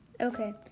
Okay